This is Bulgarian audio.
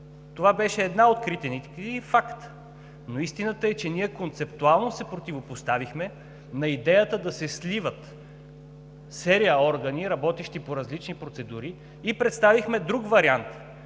Това беше една от критиките. Факт! Но истината е, че ние концептуално се противопоставихме на идеята да се сливат серия органи, работещи по различни процедури, и представихме друг вариант,